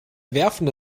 werfende